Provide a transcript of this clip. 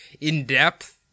in-depth